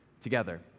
together